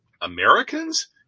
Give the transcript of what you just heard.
Americans